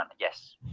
yes